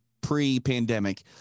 pre-pandemic